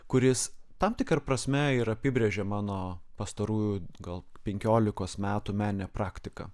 kuris tam tikra prasme ir apibrėžė mano pastarųjų gal penkiolikos metų meninę praktiką